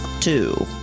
two